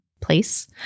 place